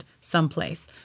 someplace